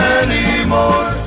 anymore